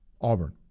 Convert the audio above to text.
Auburn